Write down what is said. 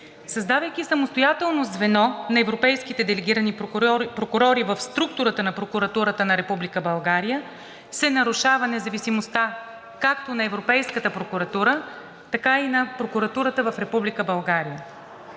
Създавайки самостоятелно звено на европейските делегирани прокурори в структурата на прокуратурата на Република България, се нарушава независимостта както на Европейската прокуратура, така и на Прокуратурата в